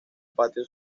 patio